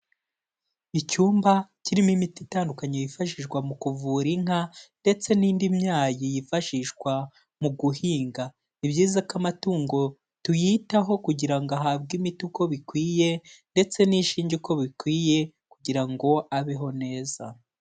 Icyumba kirimo imiti itandukanye yifashishwa mu kuvura inka ndetse n'indi myayi yifashishwa mu guhinga, ni byiza ko amatungo tuyitaho kugira ngo ahabwe imiti uko bikwiye ndetse n'ishinge uko bikwiye kugira ngo abeho neza.